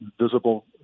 visible